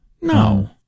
no